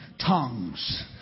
tongues